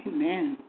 Amen